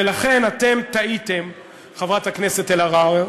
ולכן אתם טעיתם, חברת הכנסת אלהרר.